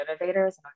innovators